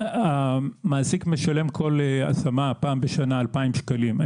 המעסיק משלם כל השמה, פעם בשנה, 2,000 שקלים.